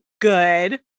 good